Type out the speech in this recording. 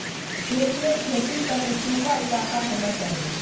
रेशमेर खेतीर तने सुखा इलाका होना चाहिए